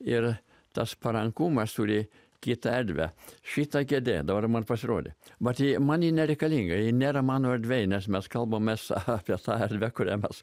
ir tas parankumas turi kitą erdvę šita kėdė dabar man pasirodė mat ji man nereikalingai nėra mano erdvėj nes mes kalbamės apie tą erdvę kurią mes